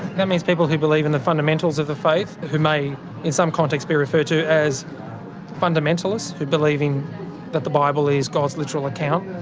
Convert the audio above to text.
that means people who believe in the fundamentals of the faith, who may in some contexts be referred to as fundamentalists, who believe that the bible is god's literal account,